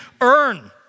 earn